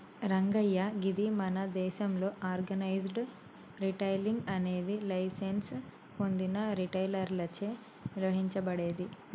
రంగయ్య గీది మన దేసంలో ఆర్గనైజ్డ్ రిటైలింగ్ అనేది లైసెన్స్ పొందిన రిటైలర్లచే నిర్వహించబడేది